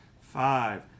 Five